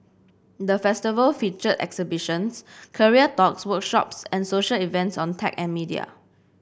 the Festival featured exhibitions career talks workshops and social events on tech and media